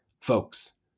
Folks